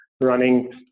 running